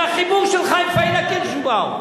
עם החיבור שלך עם פאינה קירשנבאום,